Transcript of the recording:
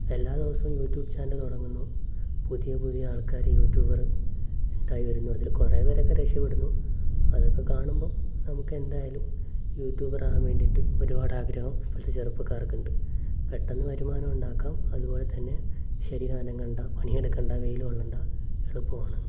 എല്ലാ ദിവസവും YouTube channel തുടങ്ങുന്നു പുതിയ പുതിയ ആൾക്കാർ യൂട്യൂബറ് ഉണ്ടായി വരുന്നു അതിൽ കുറേപേരൊക്കെ രക്ഷപ്പെടുന്നു അതൊക്കെ കാണുമ്പം നമുക്കെന്തായാലും യൂട്യൂബറാകാൻ വേണ്ടിയിട്ട് ഒരുപാടാഗ്രഹം ഇപ്പോഴത്തെ ചെറുപ്പക്കാർക്കുണ്ട് പെട്ടെന്നു വരുമാനമുണ്ടാക്കാം അതുപോലെത്തന്നെ ശരീരം അനങ്ങണ്ട പണിയെടുക്കണ്ട വെയിലുകൊള്ളേണ്ട എളുപ്പമാണ്